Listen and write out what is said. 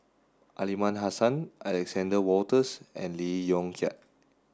Aliman Hassan Alexander Wolters and Lee Yong Kiat